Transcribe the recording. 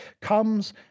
comes